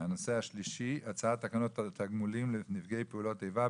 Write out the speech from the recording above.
הנושא השלישי הצעת תקנות תגמולים לנפגעי פעולות איבה,